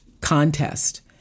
contest